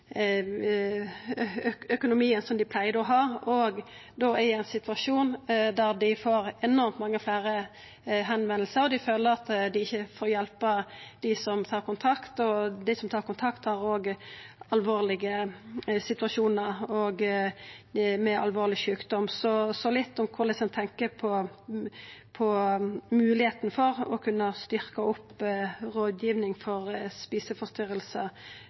økonomien som dei pleidde å ha, og da i ein situasjon der dei får enormt mange fleire førespurnader. Dei føler at dei ikkje kan hjelpa dei som tar kontakt, og dei som tar kontakt, er òg i alvorlege situasjonar med alvorleg sjukdom. Så kan statsråden seia litt om korleis ein tenkjer på moglegheita for å kunna